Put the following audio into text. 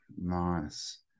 Nice